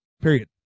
period